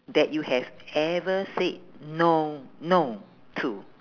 that you have ever said no no to